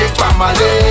family